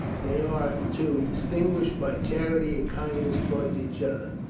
they are, too, distinguished by charity and kindness towards each other.